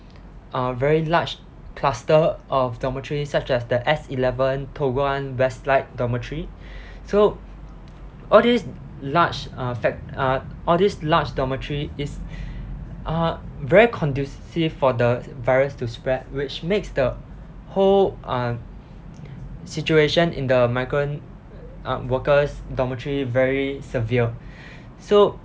a very large cluster of dormitories such as the S eleven toh guan westlite dormitory so all these large uh fac~ uh all these large dormitory is uh very conducive for the virus to spread which makes the whole uh situation in the migrant uh workers dormitory very severe so